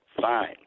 fine